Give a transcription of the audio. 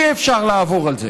אי-אפשר לעבור על זה.